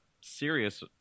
serious